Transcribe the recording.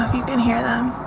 you can hear them.